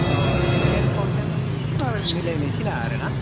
अह एखौ टेन थाउजेननि एसे बाराबो मिलायनोसैना आरो ना